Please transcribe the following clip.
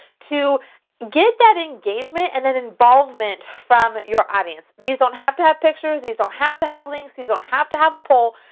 to get that engagement and that involvement from your audience. these don't have to have pictures, these don't have to have links, these don't have to have a poll.